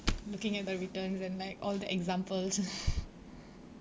looking at the returns and like all the examples